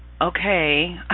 okay